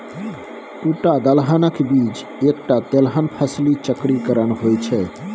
दूटा दलहनक बीच एकटा तेलहन फसली चक्रीकरण होए छै